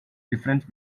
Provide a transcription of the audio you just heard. difference